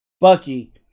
Bucky